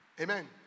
Amen